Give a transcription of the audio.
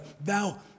Thou